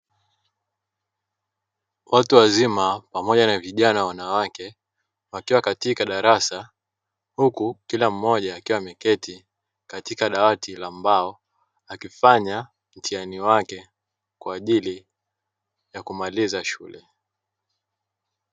Watu wazima pamoja na vijana wanawake wakiwa katika darasa, huku kila mmoja akiwa ameketi katika dawati la mbao akifanya mtihani wake kwa ajili ya kumaliza shule.